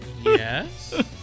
Yes